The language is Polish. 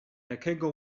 jakiego